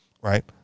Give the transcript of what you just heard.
right